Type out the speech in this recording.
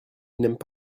n’aiment